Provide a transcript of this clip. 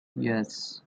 yes